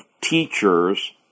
teachers